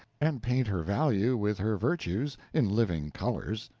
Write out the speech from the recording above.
and paint her value with her virtues, in living colors,